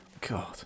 God